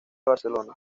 barcelona